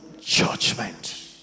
judgment